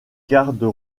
gardes